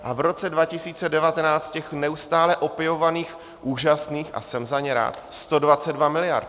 A v roce 2019 těch neustále opěvovaných, úžasných, a jsem za ně rád, 122 miliard.